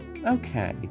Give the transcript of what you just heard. okay